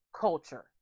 culture